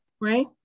right